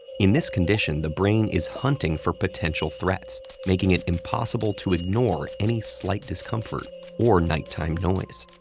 in this condition, the brain is hunting for potential threats, making it impossible to ignore any slight discomfort or nighttime noise.